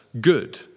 good